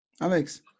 Alex